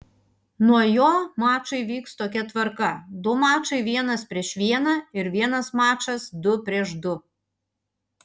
nuo jo mačai vyks tokia tvarka du mačai vienas prieš vieną ir vienas mačas du prieš du